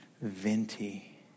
venti